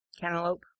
cantaloupe